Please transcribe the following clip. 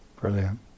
Brilliant